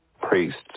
priests